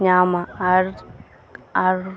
ᱧᱟᱢᱟ ᱟᱨ ᱟᱨ